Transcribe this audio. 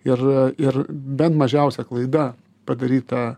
ir ir bent mažiausia klaida padaryta